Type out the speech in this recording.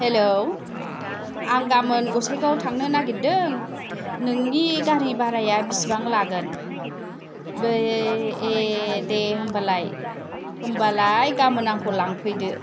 हेल' आं गामोन गसाइगावआव थांनो नागिरदों नोंनि गारि भाराया बिसिबां लागोन बै ए दे होम्बालाय होम्बालाय गाबोन आंखौ लांफैदो